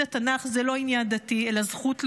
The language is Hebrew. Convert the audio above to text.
התנ"ך זה לא עניין דתי אלא זכות לאומית.